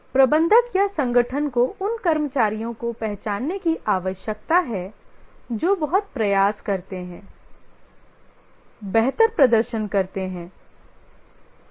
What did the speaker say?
प्रबंधक या संगठन को उन कर्मचारियों को पहचानने की आवश्यकता है जो बहुत प्रयास करते हैं बेहतर प्रदर्शन करते हैं